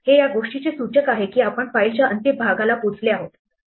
हे या गोष्टीचे सूचक आहे की आपण फाईलच्या अंतिम भागाला पोहोचले आहेत